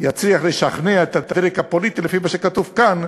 יצליח לשכנע את הדרג הפוליטי, לפי מה שכתוב כאן,